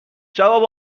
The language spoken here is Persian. جواب